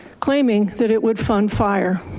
claiming that it would fund fire.